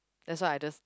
that's why I just